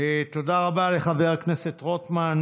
תודה רבה לחבר הכנסת רוטמן.